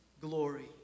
glory